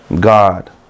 God